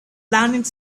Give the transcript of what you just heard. planet